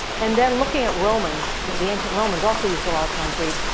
and then looking at romans. the ancient romans also used a lot of concrete.